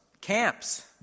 camps